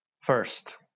First